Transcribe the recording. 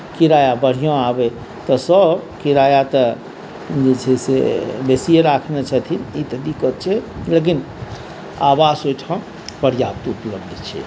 किराया बढ़िऑं आबे तऽ सब किराया तऽ जे छै से बेसीए राखने छथिन ई तऽ दिक्कत छै लेकिन आवास ओहिठाम पर्याप्त उपलब्ध छै